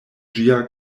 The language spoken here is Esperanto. ĝia